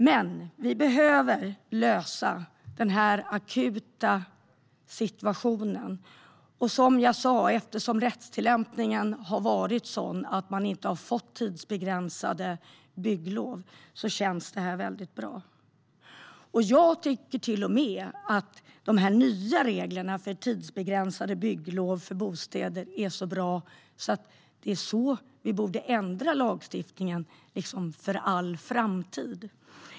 Men vi behöver lösa den här akuta situationen. Som jag sa: Eftersom rättstillämpningen har varit sådan att man inte har fått tidsbegränsade bygglov känns detta väldigt bra. Jag tycker till och med att dessa nya regler för tidsbegränsade bygglov för bostäder är så bra att vi borde ändra lagstiftningen så att den ser ut på detta sätt för all framtid.